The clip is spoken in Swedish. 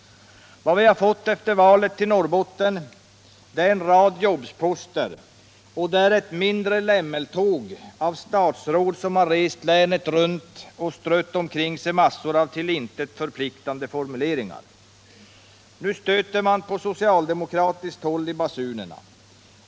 Vad vi har fått i Norrbotten efter valet är en rad jobsposter, och ett mindre lämmeltåg av statsråd har dragit länet runt och strött omkring sig massor av till intet förpliktande formuleringar. På socialdemokratiskt håll stöter man nu i basunerna.